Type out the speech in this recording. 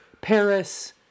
Paris